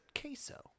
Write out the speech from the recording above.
queso